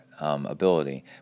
Ability